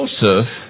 Joseph